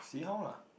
see how lah